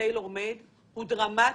ב-tailor made, הוא דרמטי.